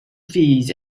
fees